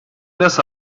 nasıl